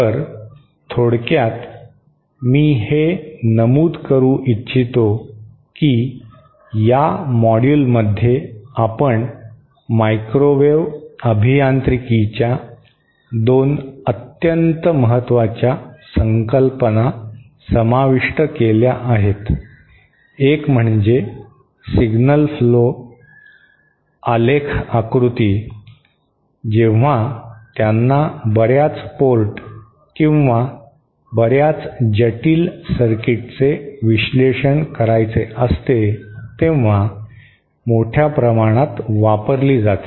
तर थोडक्यात मी हे नमूद करू इच्छितो की या मॉड्यूलमध्ये आपण मायक्रोवेव्ह अभियांत्रिकीच्या 2 अत्यंत महत्वाच्या संकल्पना समाविष्ट केल्या आहेत एक म्हणजे सिग्नल फ्लो ग्राफ डायग्राम जेव्हा त्यांना बर्याच पोर्ट किंवा बर्याच जटिल सर्किटचे विश्लेषण करायचे असते तेव्हा मोठ्या प्रमाणात वापरली जाते